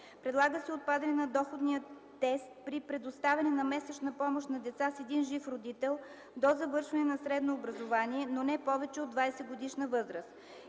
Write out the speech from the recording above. Предлага се отпадане на доходния тест при предоставяне на месечна помощ на деца с един жив родител до завършване на средно образование, но не повече от 20-годишна възраст.